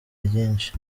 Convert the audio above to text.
ryinshi